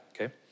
Okay